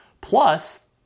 plus